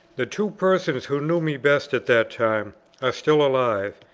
the two persons who knew me best at that time are still alive,